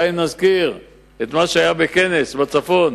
די אם נזכיר את מה שהיה בכנס בצפון